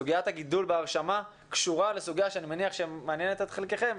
סוגיית הגידול בהרשמה קשורה לסוגיה שאני מניח שמעניינת את חלקכם,